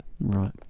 Right